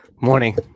Morning